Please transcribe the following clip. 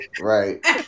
right